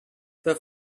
their